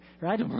right